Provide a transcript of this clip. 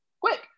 quick